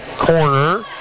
corner